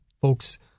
folks